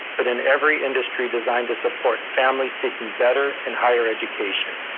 but in every industry designed to support families seeking better and higher education.